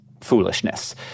foolishness